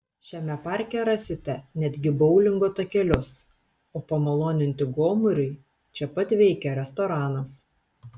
šiame parke rasite netgi boulingo takelius o pamaloninti gomuriui čia pat veikia restoranas